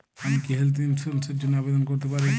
আমি কি health insurance র জন্য আবেদন করতে পারি?